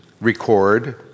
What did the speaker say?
record